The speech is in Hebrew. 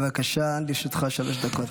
בבקשה, לרשותך שלוש דקות.